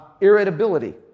Irritability